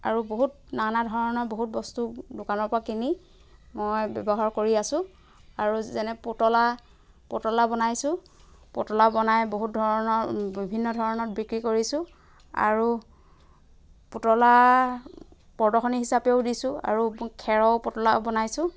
আৰু বহুত নানা ধৰণৰ বহুত বস্তু দোকানৰ পৰা কিনি মই ব্যৱহাৰ কৰি আছো আৰু যেনে পুতলা পুতলা বনাইছোঁ পুতলা বনাই বহুত ধৰণত বিভিন্ন ধৰণত বিক্ৰী কৰিছোঁ আৰু পুতলা প্ৰদৰ্শনী হিচাপেও দিছোঁ আৰু খেৰৰ পুতলাও বনাইছোঁ